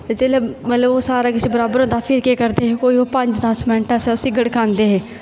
जेल्लै मतलब ओह् सारा किश बराबर होंदा हा फिर केह् करदे हे कोई ओह् पंज दस मैंट्ट अस उसी गड़कांदे हे